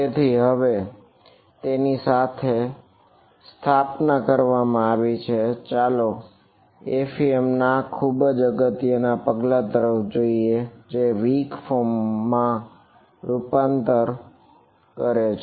તેથી હવે તેની સાથે સ્થાપના કરવામાં આવી છે ચાલો આ એફઈએમ માં રૂપાંતર કરે છે